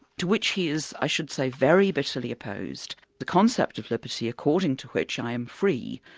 to which he is, i should say, very bitterly opposed. the concept of liberty according to which i am free,